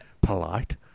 polite